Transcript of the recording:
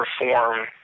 Reform